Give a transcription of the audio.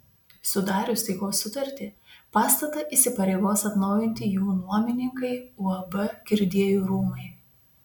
sudarius taikos sutartį pastatą įsipareigos atnaujinti jų nuomininkai uab kirdiejų rūmai